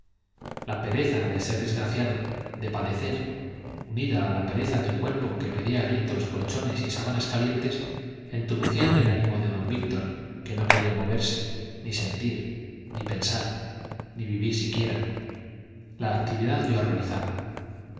la pereza de ser desgraciado de padecer unida a la pereza del cuerpo que pedía a gritos colchones y sábanas calientes entumecían el ánimo de don víctor que no quería moverse ni sentir ni pensar ni vivir siquiera la actividad le